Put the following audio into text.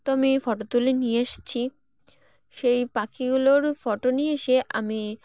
তো আমি ফটো তুলে নিয়ে এসেছি সেই পাখিগুলোরও ফটো নিয়ে এসে আমি